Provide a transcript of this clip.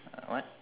uh what